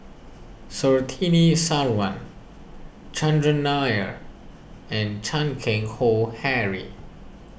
Surtini Sarwan Chandran Nair and Chan Keng Howe Harry